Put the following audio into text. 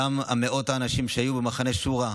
אותם מאות אנשים שהיו במחנה שורה,